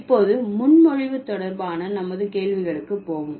இப்போது முன்மொழிவு தொடர்பான நமது கேள்விகளுக்கு போவோம்